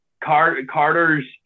Carter's